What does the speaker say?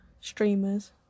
streamers